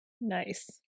Nice